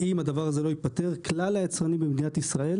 אם הדבר הזה לא ייפתר, כלל היצרנים במדינת ישראל